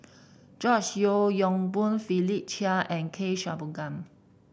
George Yeo Yong Boon Philip Chia and K Shanmugam